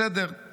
בסדר,